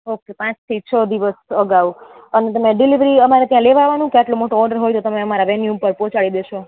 okay પાંચથી છ દિવસ અગાઉ અને તમે ડિલેવરી અમારે ત્યાં લેવા આવાનું કે આટલો મોટો ઓડર હોય તો તમે અમારા વેન્યુ ઉપર પોચાડી દેશો